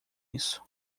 isso